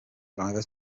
driver